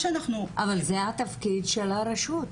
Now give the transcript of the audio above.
אבל זה התקציב של הרשות.